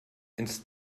ins